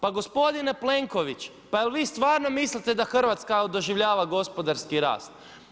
Pa gospodine Plenković, pa jel' vi stvarno mislite da Hrvatska doživljava gospodarsku rast?